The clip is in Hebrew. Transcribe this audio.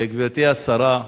גברתי השרה,